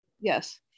Yes